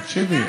תקשיבי,